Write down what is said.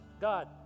God